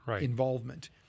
involvement